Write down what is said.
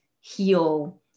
heal